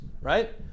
right